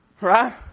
Right